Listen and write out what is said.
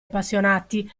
appassionati